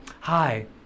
Hi